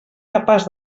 capaç